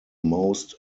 most